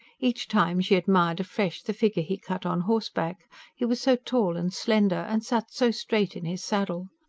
each time she admired afresh the figure he cut on horseback he was so tall and slender, and sat so straight in his saddle.